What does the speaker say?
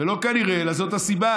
ולא כנראה אלא זאת הסיבה: